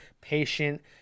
patient